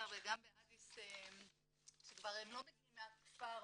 וגם באדיס שכבר הם לא מגיעים מהכפר,